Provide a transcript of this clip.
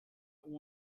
uma